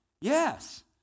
Yes